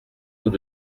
tout